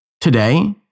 Today